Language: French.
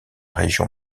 région